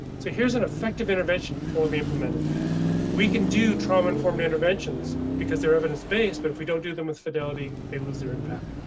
so here's an effective intervention. poorly implemented we can do trauma informed interventions because their evidence based, but if we don't do them with fidelity, they lose their impact.